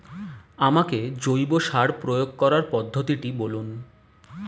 আমাকে জৈব সার প্রয়োগ করার পদ্ধতিটি বলুন?